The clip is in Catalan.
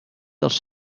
dels